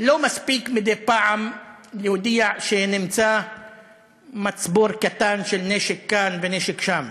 לא מספיק מדי פעם להודיע שנמצא מצבור קטן של נשק כאן ונשק שם.